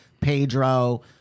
Pedro